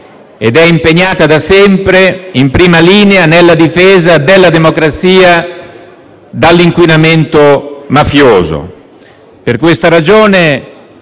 ed è impegnato da sempre in prima linea nella difesa della democrazia dall'inquinamento mafioso. Per questa ragione,